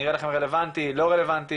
נראה לכם רלבנטי לא רלבנטי?